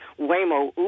Waymo